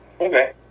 okay